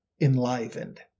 enlivened